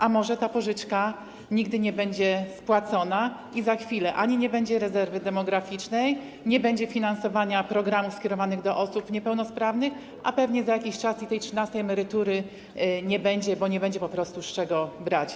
A może ta pożyczka nigdy nie będzie spłacona i za chwilę nie będzie rezerwy demograficznej, nie będzie finansowania programów skierowanych do osób niepełnosprawnych, a pewnie za jakiś czas i tej trzynastej emerytury, bo nie będzie po prostu z czego brać.